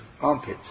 armpits